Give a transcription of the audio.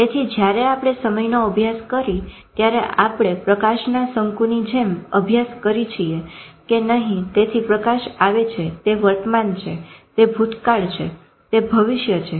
તેથી જયારે આપણે સમયનો અભ્યાસ કરી ત્યારે આપણે પ્રકાશના શંકુની જેમ અભ્યાસ કરી છીએ કે નહી તેથી પ્રકાશ આવે છે તે વર્તમાન છે તે ભૂતકાળ છે તે ભવિષ્ય છે